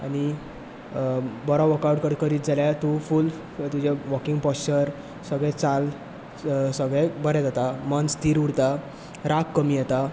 आनी बरो वर्क आवट जर करीत जाल्यार तुजें वॉकिंग पोशचर सगळें चाल सगळें बरें उरता राग कमी येता